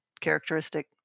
characteristic